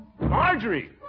Marjorie